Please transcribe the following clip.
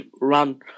run